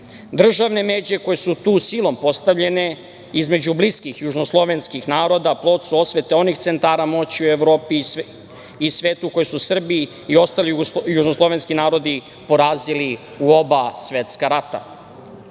Državne međe koje su tu silom postavljene, između bliskih južnoslovenskih naroda, plod su osvete onih centara moći u Evropi i svetu, koji su Srbi i ostali južnoslovenski narodi porazili u oba svetska rata. Prvi